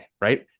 right